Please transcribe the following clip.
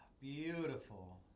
beautiful